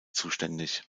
zuständig